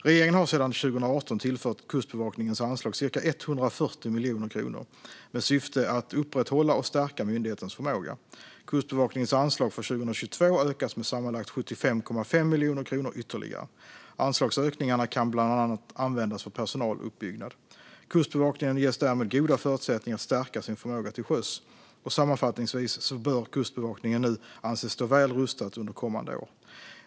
Regeringen har sedan 2018 tillfört Kustbevakningens anslag cirka 140 miljoner kronor i syfte att upprätthålla och stärka myndighetens förmåga. Kustbevakningens anslag för 2022 ökas med sammanlagt 75,5 miljoner kronor ytterligare. Anslagsökningarna kan bland annat användas för personaluppbyggnad. Kustbevakningen ges därmed goda förutsättningar att stärka sin förmåga till sjöss. Sammanfattningsvis bör Kustbevakningen nu anses stå väl rustad under kommande år.